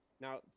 now